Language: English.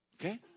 Okay